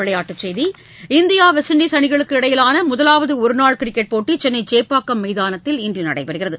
விளையாட்டுச்செய்தி India West Indies அணிகளுக்கு இடையிலான முதலாவது ஒருநாள் கிரிக்கெட் போட்டி சென்னை சேப்பாக்கம் மைதானத்தில் இன்று நடைபெறுகிறது